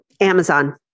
Amazon